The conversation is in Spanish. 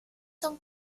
son